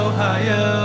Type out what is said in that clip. Ohio